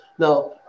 Now